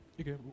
Okay